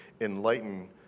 enlighten